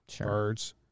birds